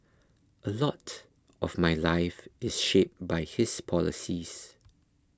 a lot of my life is shaped by his policies